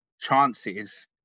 chances